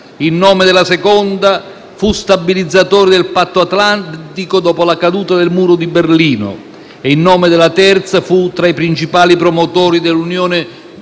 in nome della seconda, fu stabilizzatore del Patto atlantico, dopo la caduta del muro di Berlino; in nome della terza, fu tra i principali promotori dell'Unione europea